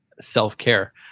self-care